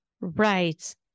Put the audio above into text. Right